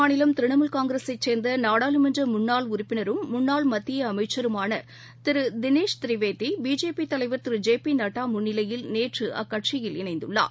மாநிலம் திரிணாமூல் காங்கிரசைசேர்ந்தநாடாளுமன்றமுன்னாள் மேற்குவங்க உறுப்பினரும் முன்னாள் மத்தியஅமைச்சருமானதிருதினேஷ் திரிவேதிபிஜேபிதலைவர் திரு ஜெ பிநட்டாமுன்னிலையில் நேற்றுஅக்கட்சியில் இணைந்துள்ளார்